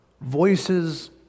voices